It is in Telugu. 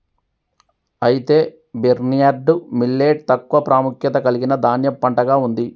అయితే బిర్న్యర్డ్ మిల్లేట్ తక్కువ ప్రాముఖ్యత కలిగిన ధాన్యపు పంటగా ఉంది